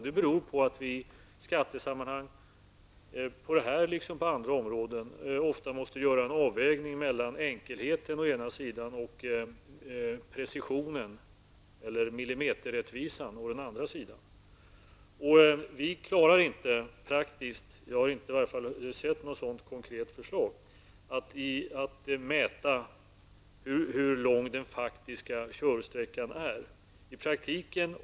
Det beror på att vi i skattesammanhang liksom på andra områden ofta måste en göra en avvägning mellan enkelheter å ena sidan och precsionen, millimeterrättvisan, å den andra. Vi klarar inte i praktiken -- jag har i varje fall inte sett något sådant konkret förslag -- att mäta hur lång den faktiska körsträckan är.